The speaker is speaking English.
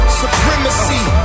supremacy